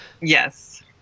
Yes